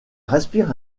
respire